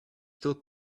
still